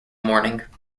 mourning